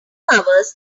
covers